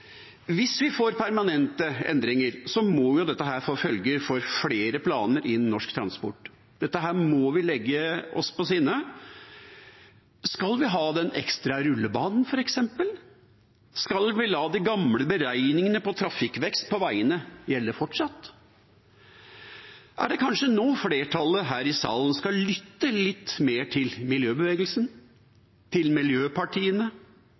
Hvis vi får permanente endringer, må dette få følger for flere planer innen norsk transport. Dette må vi legge oss på sinne. Skal vi ha den ekstra rullebanen, f.eks.? Skal vi la de gamle beregningene av trafikkvekst på veiene gjelde fortsatt? Er det kanskje nå flertallet her i salen skal lytte litt mer til miljøbevegelsen, til miljøpartiene,